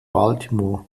baltimore